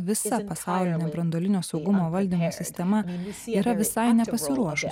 visa pasaulinio branduolinio saugumo valdymo sistema yra visai nepasiruošus